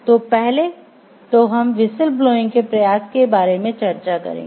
तो पहले तो हम व्हिसिल ब्लोइंग के प्रयास के बारे में चर्चा करेंगे